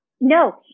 No